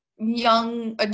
young